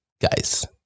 guys